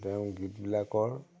তেওঁ গীতবিলাকৰ